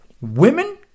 Women